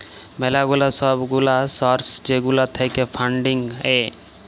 ম্যালা গুলা সব গুলা সর্স যেগুলা থাক্যে ফান্ডিং এ